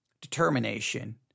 determination